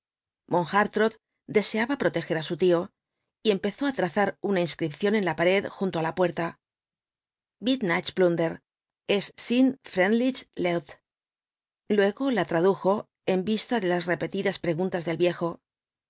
hartrott deseaba proteger á su tío y empezó á trazar una inscripción en la pared junto á la puerta bitte nicht plündern es sind freundliche leute luego la tradujo en vista de las repetidas preguntas del viejo